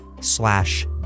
slash